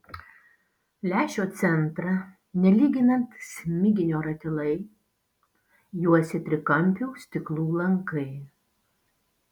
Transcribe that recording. lęšio centrą nelyginant smiginio ratilai juosė trikampių stiklų lankai